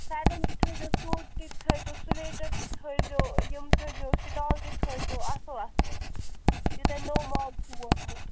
فیرن تہِ تھٲوِزیٚو سوٗٹ تہِ تھٲوِزیٚو سُویٹَر تہِ تھٲوِزیٚو یِم تھٲوِزیٚو سِٹال تہِ تھٲوِزیٚو اَصٕل اَصٕل یہِ تۄہہِ نوٚو مال چھُ ووٚتمُت